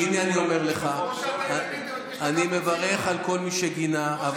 אני שמח ואני מברך על כל מי שגינה.